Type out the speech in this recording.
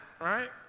right